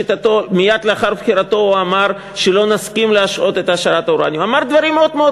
שאומרת דבר מאוד מאוד